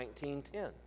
19.10